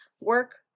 work